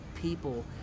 people